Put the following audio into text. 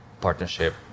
partnership